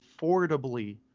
affordably